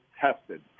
tested